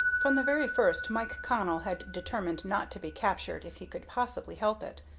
from the very first mike connell had determined not to be captured, if he could possibly help it,